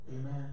Amen